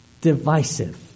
divisive